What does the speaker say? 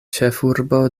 ĉefurbo